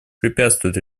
препятствует